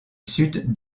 sud